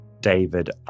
David